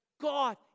God